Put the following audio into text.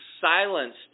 silenced